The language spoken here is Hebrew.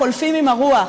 חולפים עם הרוח,